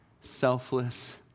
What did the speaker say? selfless